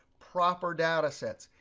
proper data sets.